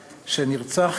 שנרצח,